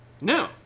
No